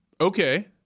Okay